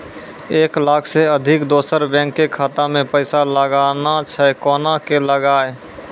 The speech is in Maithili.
एक लाख से अधिक दोसर बैंक के खाता मे पैसा लगाना छै कोना के लगाए?